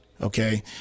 Okay